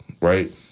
right